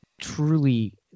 truly